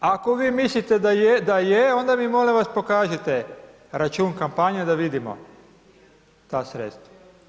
Ako vi mislite da je onda mi molim vas pokažite račun kampanje da vidimo ta sredstva.